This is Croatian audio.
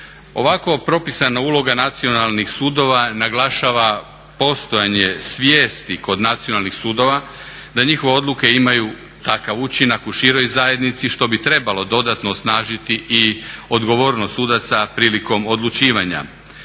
Ovako propisana uloga nacionalnih sudova naglašava postojanje svijesti kod nacionalnih sudova da njihove odluke imaju takav učinak u široj zajednici što bi trebalo dodatno osnažiti i odgovornost sudaca prilikom odlučivanja.